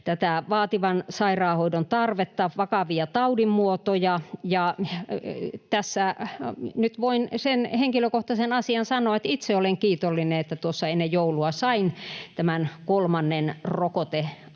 vaativan sairaanhoidon tarvetta, vakavia tautimuotoja. Tässä nyt voin sen henkilökohtaisen asian sanoa, että itse olen kiitollinen, että ennen joulua sain kolmannen